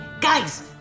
guys